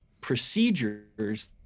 procedures